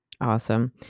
Awesome